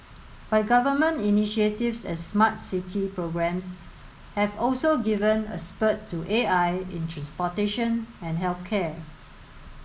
but government initiatives and smart city programs have also given a spurt to A I in transportation and health care